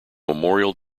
memorial